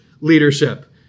leadership